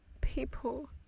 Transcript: people